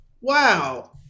Wow